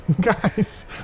Guys